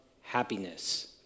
happiness